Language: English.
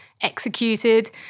executed